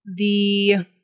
-the